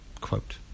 quote